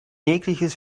jegliches